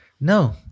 No